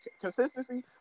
consistency